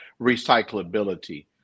recyclability